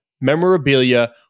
memorabilia